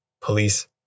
police